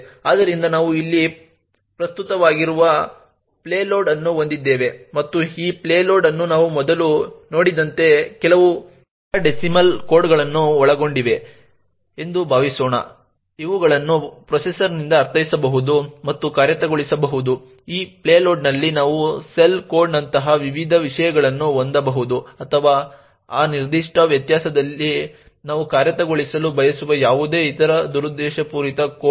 ಆದ್ದರಿಂದ ನಾವು ಇಲ್ಲಿ ಪ್ರಸ್ತುತವಾಗಿರುವ ಪೇಲೋಡ್ ಅನ್ನು ಹೊಂದಿದ್ದೇವೆ ಮತ್ತು ಈ ಪೇಲೋಡ್ ಅನ್ನು ನಾವು ಮೊದಲು ನೋಡಿದಂತೆ ಕೆಲವು ಹೆಕ್ಸಾಡೆಸಿಮಲ್ ಕೋಡ್ಗಳನ್ನು ಒಳಗೊಂಡಿದೆ ಎಂದು ಭಾವಿಸೋಣ ಇವುಗಳನ್ನು ಪ್ರೊಸೆಸರ್ನಿಂದ ಅರ್ಥೈಸಬಹುದು ಮತ್ತು ಕಾರ್ಯಗತಗೊಳಿಸಬಹುದು ಈ ಪೇಲೋಡ್ನಲ್ಲಿ ನಾವು ಶೆಲ್ ಕೋಡ್ನಂತಹ ವಿವಿಧ ವಿಷಯಗಳನ್ನು ಹೊಂದಬಹುದು ಅಥವಾ ಆ ನಿರ್ದಿಷ್ಟ ವ್ಯವಸ್ಥೆಯಲ್ಲಿ ನಾವು ಕಾರ್ಯಗತಗೊಳಿಸಲು ಬಯಸುವ ಯಾವುದೇ ಇತರ ದುರುದ್ದೇಶಪೂರಿತ ಕೋಡ್